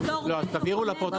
גם אם הוא בעל מכסה חדש,